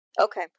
Okay